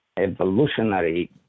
evolutionary